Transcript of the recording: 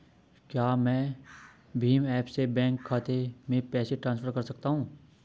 क्या मैं भीम ऐप से बैंक खाते में पैसे ट्रांसफर कर सकता हूँ?